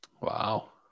Wow